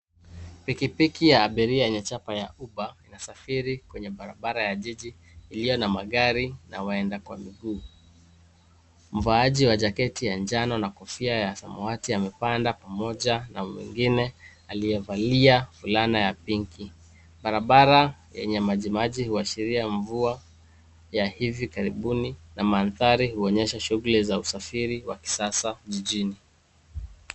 Pikipiki ya abiria yenye chapa ya uber inasafiri kwenye barabara ya jiji iliyo na magari na wa enda kwa miguu. Mvaaji wa jaketi ya njano na kofia ya samawati amepanda pamoja na mwingine aliyevalia fulana ya pinky ,barabara yenye maji maji huashiria mvua ya hivi karibuni na mandhari huonyesha shughli za usafiri wa kisasa jijini.